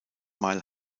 mal